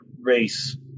race